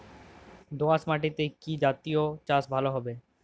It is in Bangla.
দোয়াশ মাটিতে কি জাতীয় চাষ ভালো হবে?